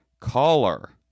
caller